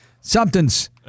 Something's